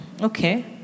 Okay